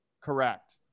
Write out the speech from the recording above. Correct